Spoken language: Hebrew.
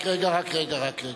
רק רגע, רק רגע, רק רגע.